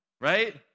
right